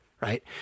right